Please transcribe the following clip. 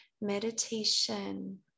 meditation